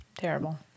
Terrible